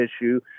issue